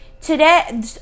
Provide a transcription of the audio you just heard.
today